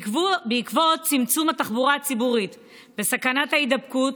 בעקבות צמצום התחבורה הציבורית וסכנת ההידבקות,